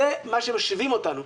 זה מה שמשווים אותנו,